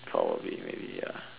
probably maybe ya